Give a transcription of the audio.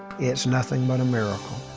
it's nothing but a miracle.